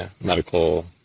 medical